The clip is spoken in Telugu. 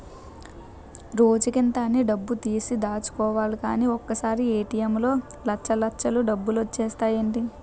రోజుకింత అని డబ్బుతీసి దాచుకోలిగానీ ఒకసారీ ఏ.టి.ఎం లో లచ్చల్లచ్చలు డబ్బులొచ్చేత్తాయ్ ఏటీ?